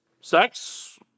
sex